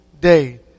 day